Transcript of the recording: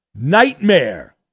nightmare